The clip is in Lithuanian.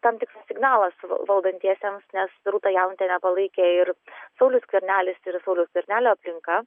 tam tikras signalas valdantiesiems nes rūtą janutienę palaikė ir saulius skvernelis ir sauliaus skvernelio aplinka